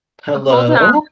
hello